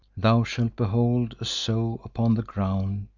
thou shalt behold a sow upon the ground,